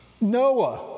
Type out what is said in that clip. Noah